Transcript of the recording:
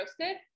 roasted